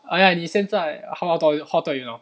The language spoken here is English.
oh ya 你现在 how tall are you how tall are you now